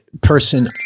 person